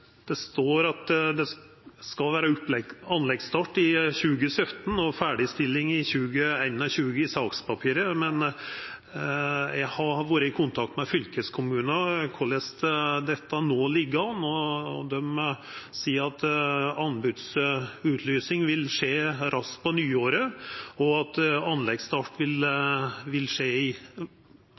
Det står i sakspapira at det skal vera anleggsstart i 2017 og ferdigstilling i 2021, men eg har vore i kontakt med fylkeskommunen om korleis dette ligg an no, og dei seier at anbodsutlysinga vil skje raskt på nyåret, at anleggsstarten vil skje våren 2018, og at ferdigstillinga vil